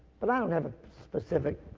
but, i don't have a specific,